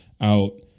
out